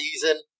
season